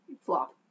Flop